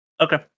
Okay